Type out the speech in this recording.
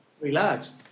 relaxed